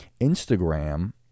Instagram